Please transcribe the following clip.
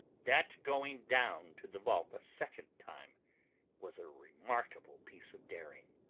that going down to the vault a second time was a remarkable piece of daring.